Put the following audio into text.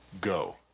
go